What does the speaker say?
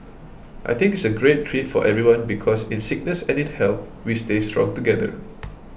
I think it's a great treat for everyone because in sickness and in health we stay strong together